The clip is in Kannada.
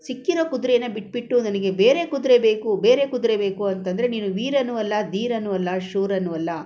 ಸಿಕ್ಕಿರೋ ಕುದುರೇನ ಬಿಟ್ಬಿಟ್ಟು ನನಗೆ ಬೇರೆ ಕುದುರೆ ಬೇಕು ಬೇರೆ ಕುದುರೆ ಬೇಕು ಅಂತಂದರೆ ನೀನು ವೀರನೂ ಅಲ್ಲ ಧೀರನೂ ಅಲ್ಲ ಶೂರನೂ ಅಲ್ಲ